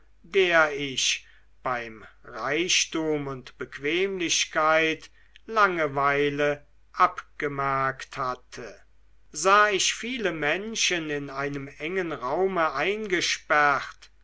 der ich bei reichtum und bequemlichkeit langeweile abgemerkt hatte sah ich viele menschen in einem engen raume eingesperrt